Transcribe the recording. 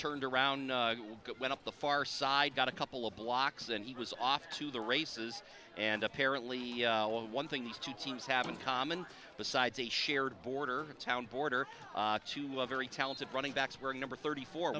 turned around went up the far side got a couple of blocks and he was off to the races and apparently the one thing these two teams happened common besides a shared border town border to love very talented running backs were number thirty four